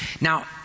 Now